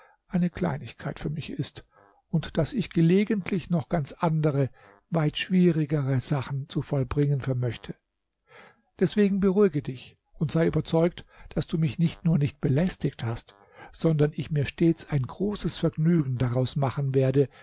eine kleinigkeit für mich ist und daß ich gelegenheitlich noch ganz andere weit schwierigere sachen zu vollbringen vermöchte deswegen beruhige dich und sei überzeugt daß du mich nicht nur nicht belästigt hast sondern ich mir stets ein großes vergnügen daraus machen werde